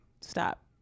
stop